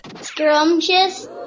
Scrumptious